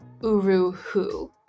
Uruhu